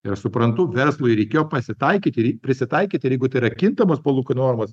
ir aš suprantu verslui reikėjo pasitaikyti prisitaikyti ir jeigu tai yra kintamos palūkanų normos